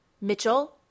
Mitchell